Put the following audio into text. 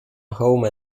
home